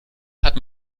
hat